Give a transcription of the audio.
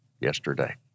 yesterday